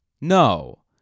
No